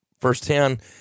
firsthand